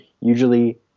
usually